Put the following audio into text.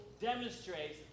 demonstrates